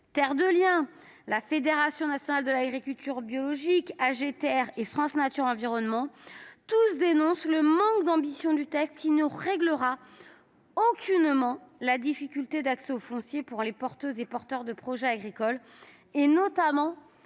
Terres de Liens, la Fédération nationale d'agriculture biologique, aGter et France Nature Environnement, tous dénoncent le manque d'ambition du texte, qui « ne réglera aucunement la difficulté d'accès au foncier [...] pour les porteuses et porteurs de projets agricoles et notamment